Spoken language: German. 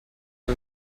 wir